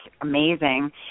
amazing